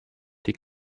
die